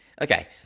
Okay